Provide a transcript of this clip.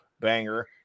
Banger